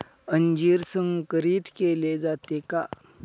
अंजीर संकरित केले जाते का?